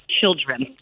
children